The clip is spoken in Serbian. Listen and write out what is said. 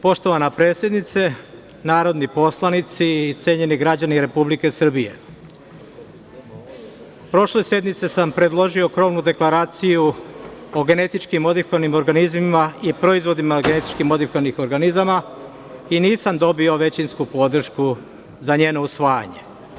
Poštovana predsednice, narodni poslanici, cenjeni građani Republike Srbije, prošle sedmice sam predložio krovnu deklaraciju o genetički modifikovanim organizmima i proizvodima genetički modifikovanih organizama i nisam dobio većinsku podršku za njeno usvajanje.